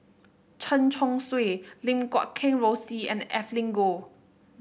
Chen Chong Swee Lim Guat Kheng Rosie and Evelyn Goh